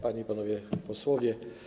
Panie i Panowie Posłowie!